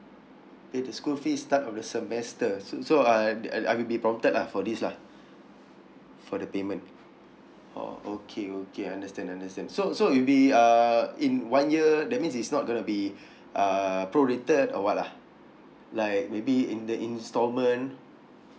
pay the school fees start of the semester so so I the I I will be prompted lah for this lah for the payment oh okay okay understand understand so so it'll be uh in one year that means it's not gonna be uh prorated or what lah like maybe in the installment